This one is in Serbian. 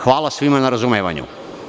Hvala svima na razumevanju.